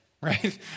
right